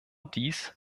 dies